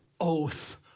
oath